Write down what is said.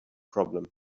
problem